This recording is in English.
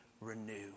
renew